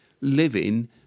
living